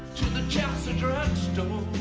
the chelsea drugstore